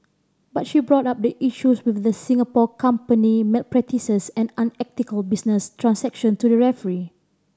but she brought up the issues with the Singapore company malpractices and unethical business transaction to the referee